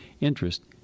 interest